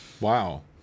Wow